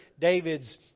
David's